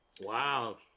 Wow